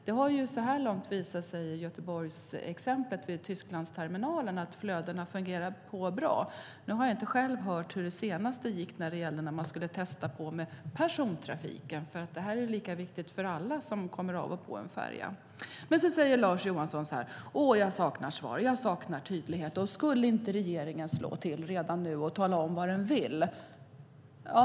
Det har så här långt visat sig i Göteborgsexemplet, vid Tysklandsterminalen, att flödena fungerar bra. Nu har jag inte hört hur det gick när man senast skulle göra tester på persontrafiken. Det här är ju lika viktigt för alla som kommer av och på en färja. Lars Johansson säger att han saknar svar och tydlighet och frågar om inte regeringen skulle slå till redan nu och tala om vad den vill.